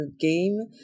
game